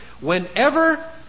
Whenever